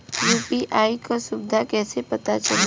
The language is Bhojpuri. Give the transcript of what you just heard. यू.पी.आई क सुविधा कैसे पता चली?